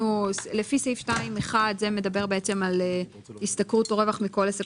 לפי סעיף 2(1) זה מדבר על "השתכרות או רווח מכל עסק